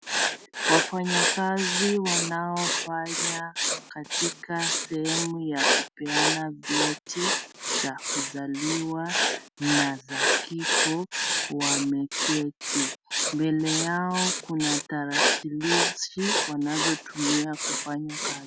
Wafanyakazi wanaofanya katika sehemu ya kupeana vyeti za kuzaliwa na za kifo wameketi. Mbele yao kuna tarakilishi wanazotumia kufanya kazi.